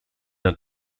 het